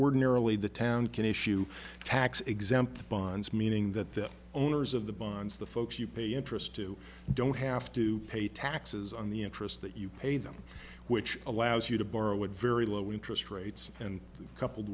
ordinarily the town can issue tax exempt bonds meaning that the owners of the bonds the folks you pay interest to don't have to pay taxes on the interest that you pay them which allows you to borrow at very low interest rates and coupled